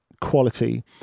quality